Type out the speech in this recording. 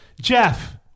Jeff